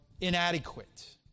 inadequate